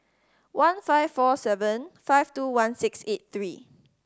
one five four seven five two one six eight three